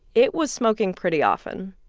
it was smoking pretty often.